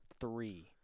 three